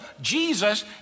Jesus